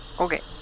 Okay